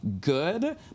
good